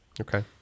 Okay